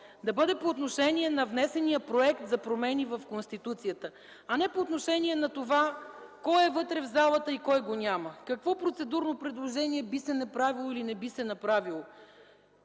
Да бъде по отношение на внесения Проект за промени в Конституцията, а не по отношение на това кой е вътре в залата и кой го няма, какво процедурно предложение би се направило или не би се направило.